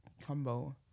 combo